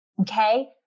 okay